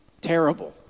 terrible